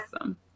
awesome